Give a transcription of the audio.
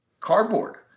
cardboard